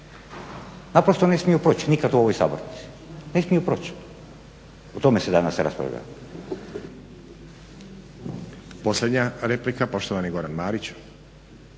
naprosto ne smiju proći nikada u ovoj sabornici, ne smije proći. O tome se danas raspravlja.